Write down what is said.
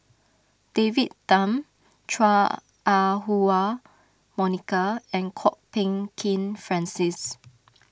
David Tham Chua Ah Huwa Monica and Kwok Peng Kin Francis